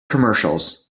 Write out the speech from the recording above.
commercials